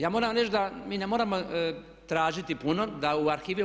Ja moram reći da mi ne moramo tražiti puno da u arhivi